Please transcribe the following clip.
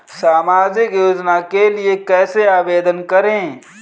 सामाजिक योजना के लिए कैसे आवेदन करें?